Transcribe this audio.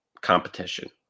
competition